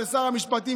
ולשר המשפטים,